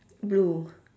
blue